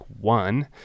one